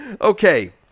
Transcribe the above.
okay